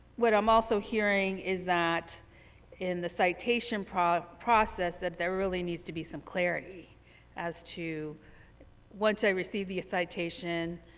what i'm also hearing is that in the citation process process that there really needs to be some clarity as to once i receive the citation,